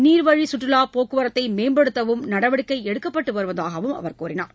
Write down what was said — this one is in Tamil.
நீர்வழி சுற்றுலா போக்குவரத்தை மேம்படுத்தவும் நடவடிக்கை எடுக்கப்பட்டு வருவதாகக் கூறினார்